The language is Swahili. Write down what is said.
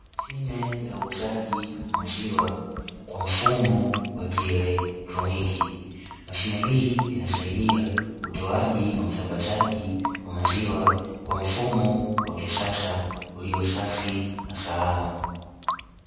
Mashine ya uuzaji wa maziwa kwa mfumo wa kielektroniki. Mashine hii inasaidia utoaji na usambazaji wa maziwa kwa mfumo wa kisasa ulio safi na salama.